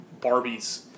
Barbies